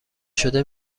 شده